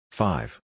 five